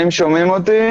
האם שומעים אותי?